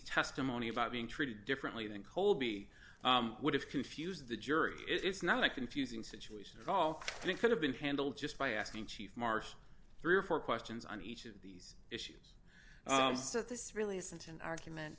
testimony about being treated differently than colby would have confused the jury it's not a confusing situation at all and it could have been handled just by asking chief marshal three or four questions on each of these issues that this really isn't an argument